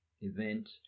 event